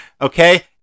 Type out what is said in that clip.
Okay